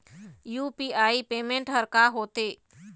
UPI payment हर का होते?